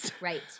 Right